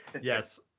Yes